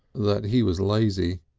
that he was lazy.